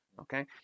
Okay